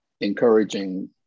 encouraging